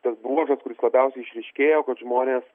tas bruožas kuris labiausiai išryškėjo kad žmonės